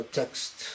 text